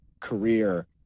career